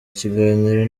ikiganiro